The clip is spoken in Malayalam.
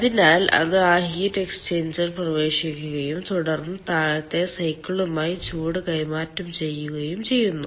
അതിനാൽ അത് ആ ഹീറ്റ് എക്സ്ചേഞ്ചറിൽ പ്രവേശിക്കുകയും തുടർന്ന് താഴത്തെ സൈക്കിളുമായി ചൂട് കൈമാറ്റം ചെയ്യുകയും ചെയ്യുന്നു